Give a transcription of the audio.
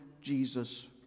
Jesus